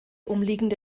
umliegende